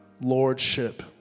Lordship